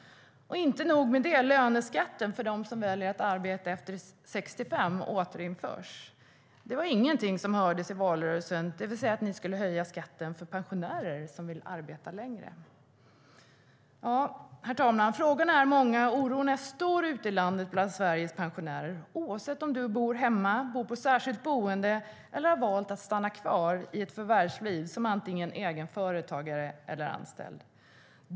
Inte nog med det, löneskatten för dem som väljer att arbeta efter 65 återinförs. Det var ingenting som hördes i valrörelsen, det vill säga att ni skulle höja skatten för pensionärer som vill arbeta längre. Herr talman! Frågorna är många och oron är stor ute i landet bland Sveriges pensionärer, oavsett om du bor hemma, bor på särskilt boende eller om du har valt att stanna kvar i förvärvslivet som antingen egen företagare eller anställd.